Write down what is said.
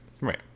Right